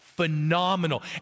Phenomenal